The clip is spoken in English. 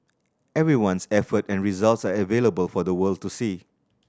everyone's effort and results are available for the world to see